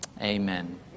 Amen